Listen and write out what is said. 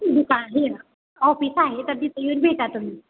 दुकान हे ऑफिस आहे तर तिथं येऊन भेटा तुम्ही